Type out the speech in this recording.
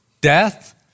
death